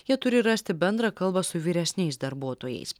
jie turi rasti bendrą kalbą su vyresniais darbuotojais